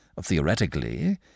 Theoretically